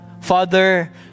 Father